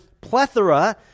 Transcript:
plethora